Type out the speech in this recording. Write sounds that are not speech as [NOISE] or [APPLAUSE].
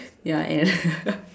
ya I am [LAUGHS]